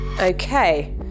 Okay